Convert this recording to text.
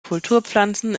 kulturpflanzen